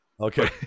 okay